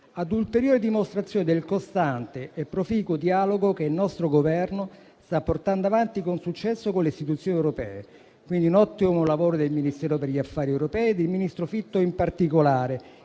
ad ulteriore dimostrazione del costante e proficuo dialogo che il nostro Governo sta portando avanti con successo con le istituzioni europee. Quindi, un ottimo lavoro del Ministero degli affari europei e del ministro Fitto in particolare,